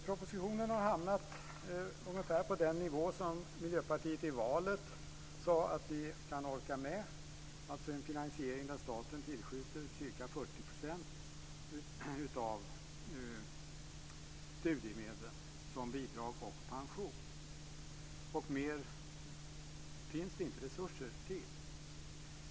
Propositionen har hamnat ungefär på den nivå som Miljöpartiet i valet sade sig kunna orka med, alltså en finansiering där staten tillskjuter ca 40 % av studiemedlen som bidrag och pension. Mer finns det inte resurser till.